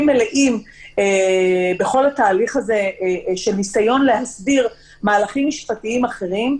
מלאים בכל התהליך הזה בניסיון להסדיר מהלכים משפטיים אחרים.